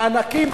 מענקים,